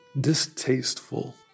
distasteful